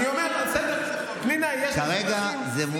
אני אומר, בסדר, פנינה, יש לזה דרכים.